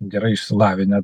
gerai išsilavinę